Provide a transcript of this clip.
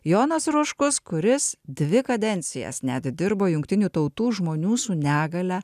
jonas ruškus kuris dvi kadencijas net dirbo jungtinių tautų žmonių su negalia